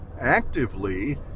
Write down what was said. actively